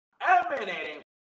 emanating